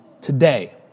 today